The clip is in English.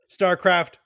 StarCraft